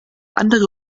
andere